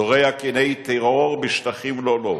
זורע קיני טרור בשטחים לא לו,